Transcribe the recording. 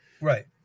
Right